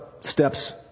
steps